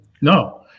No